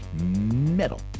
Metal